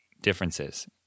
differences